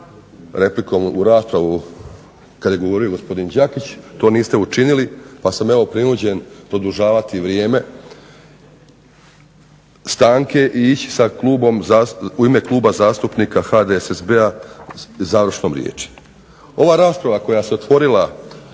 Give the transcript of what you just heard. to niste učinili pa sam evo prinuđen produžavati vrijeme stranke i ići u ime Kluba zastupnika HDSSB-a završnom riječi.